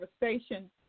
conversation